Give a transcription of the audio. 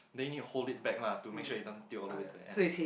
then you need to hold it back lah to make sure it doesn't tilt all the way to the end